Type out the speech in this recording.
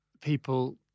people